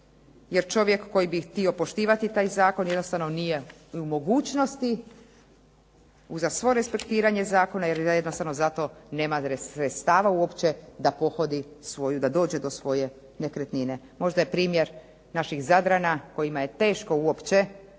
Jer čovjek koji bi htio poštivati taj zakon jednostavno nije u mogućnosti uza svo respektiranje zakona jer jednostavno za to nema sredstava uopće da pohodi svoju, da dođe do svoje nekretnine. Možda je primjer naših Zadrana kojima je teško uopće